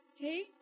Okay